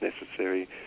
necessary